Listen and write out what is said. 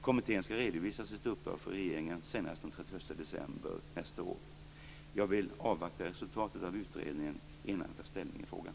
Kommittén skall redovisa sitt uppdrag för regeringen senast den 31 december nästa år. Jag vill avvakta resultatet av utredningen innan jag tar ställning i frågan.